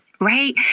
Right